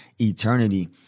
eternity